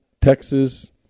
Texas